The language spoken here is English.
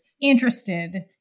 interested